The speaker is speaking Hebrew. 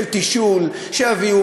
של תשאול: שיביאו,